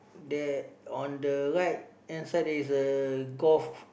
there on the right hand side there is a golf